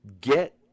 get